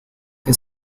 que